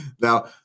Now